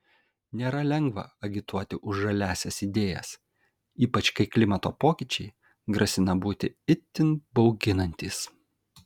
nėra lengva agituoti už žaliąsias idėjas ypač kai klimato pokyčiai grasina būti itin bauginantys